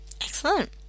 excellent